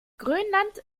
grönland